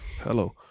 Hello